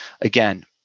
Again